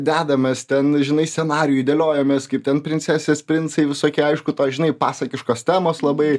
dedamės ten žinai scenarijų dėliojomės kaip ten princesės princai visokie aišku tos žinai pasakiškos temos labai